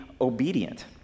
obedient